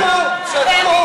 צדקו, צדקו.